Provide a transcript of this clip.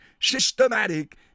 systematic